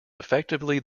effectively